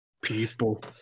people